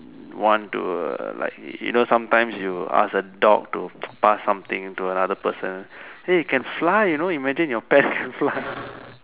want to like you know sometimes you ask a dog to pass something to another person eh it can fly you know imagine if your pet can fly